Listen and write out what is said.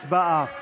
הצבעה.